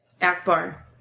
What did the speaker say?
Akbar